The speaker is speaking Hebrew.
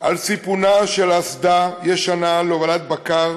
על סיפונה של אסדה ישנה להובלת בקר,